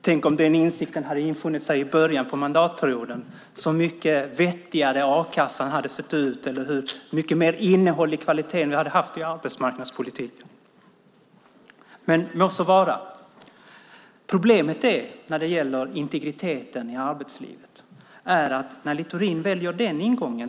Tänk om den insikten hade infunnit sig i början av mandatperioden - hur mycket vettigare a-kassan då skulle ha sett ut och hur mycket mer innehåll av kvalitet vi hade haft i arbetsmarknadspolitiken! Men må så vara. Problemet när det gäller integriteten i arbetslivet är Littorins val av ingång.